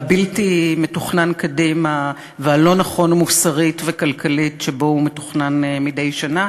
והבלתי-מתוכנן קדימה והלא-נכון מוסרית וכלכלית שבו הוא מתוכנן מדי שנה,